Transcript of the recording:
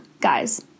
guys